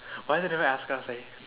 why they never ask us eh